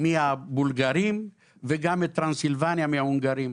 מהבולגרים וגם את טרנסילבניה מההונגרים,